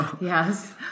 Yes